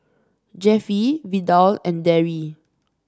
Jeffie Vidal and Darry